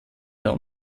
der